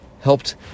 helped